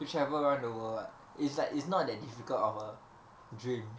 to travel around the world what it's like it's not that difficult of a dream